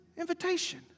invitation